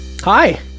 hi